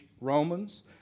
Romans